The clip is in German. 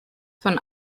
von